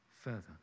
further